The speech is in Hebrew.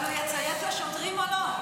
אבל הוא יציית לשוטרים או לא?